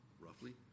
roughly